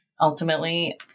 ultimately